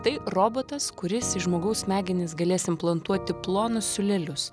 tai robotas kuris į žmogaus smegenis galės implantuoti plonus siūlelius